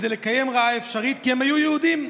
כדי לקדם רעה אפשרית: כי הם היו יהודים.